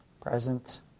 present